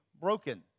broken